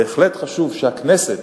בהחלט חשוב שהכנסת